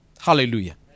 Hallelujah